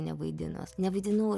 nevaidinus nevaidinau